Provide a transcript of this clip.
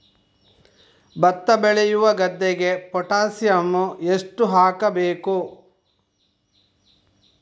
ಭತ್ತ ಬೆಳೆಯುವ ಗದ್ದೆಗೆ ಪೊಟ್ಯಾಸಿಯಂ ಎಷ್ಟು ಹಾಕಬೇಕು?